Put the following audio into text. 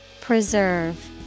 Preserve